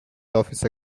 office